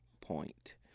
point